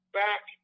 back